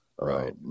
Right